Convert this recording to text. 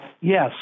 yes